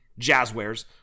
Jazzwares